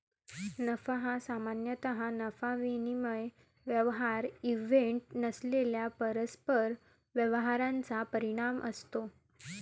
नफा हा सामान्यतः नफा विनिमय व्यवहार इव्हेंट नसलेल्या परस्पर व्यवहारांचा परिणाम असतो